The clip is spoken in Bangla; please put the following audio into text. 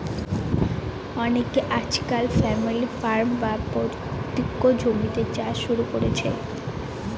অনকে আজকাল ফ্যামিলি ফার্ম, বা পৈতৃক জমিতে চাষ শুরু করেছে